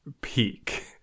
peak